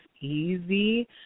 easy